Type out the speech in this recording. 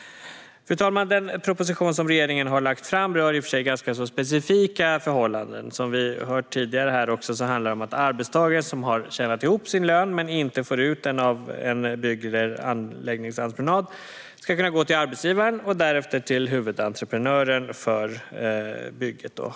Fru talman! Den proposition som regeringen har lagt fram rör i och för sig ganska specifika förhållanden. Som vi hört tidigare här handlar det om att arbetstagare som har tjänat ihop sin lön men inte får ut den av en bygg eller anläggningsentreprenör ska kunna gå till arbetsgivaren och därefter till huvudentreprenören för bygget.